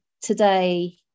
today